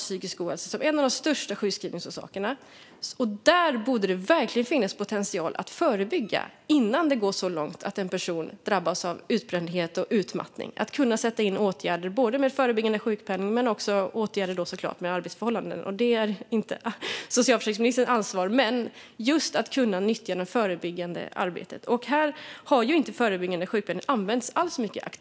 Psykisk ohälsa är en av de största sjukskrivningsorsakerna, och där anser jag att det verkligen borde finnas potential att förebygga innan det går så långt att en person drabbas av utbrändhet och utmattning. Åtgärder ska kunna sättas in både med förebyggande sjukpenning och åtgärder som gäller arbetsförhållanden, även om det inte är socialförsäkringsministerns ansvar. Det förebyggande arbetet ska kunna nyttjas. Förebyggande sjukpenning har inte använts mycket alls här.